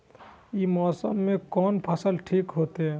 ई मौसम में कोन फसल ठीक होते?